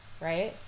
right